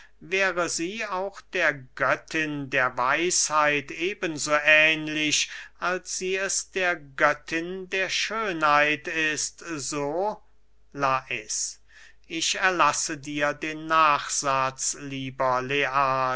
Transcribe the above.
wäre sie auch der göttin der weisheit eben so ähnlich als sie es der göttin der schönheit ist so lais ich erlasse dir den nachsatz lieber learch